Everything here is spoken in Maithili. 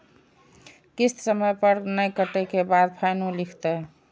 किस्त समय पर नय कटै के बाद फाइनो लिखते?